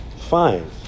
fine